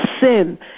sin